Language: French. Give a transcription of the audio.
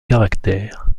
caractères